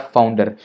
Founder